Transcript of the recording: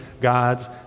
God's